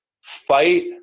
fight